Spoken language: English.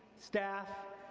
staff,